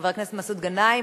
התש"ע 2010,